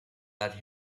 that